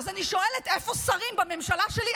ואז אני שואלת: איפה השרים בממשלה שלי?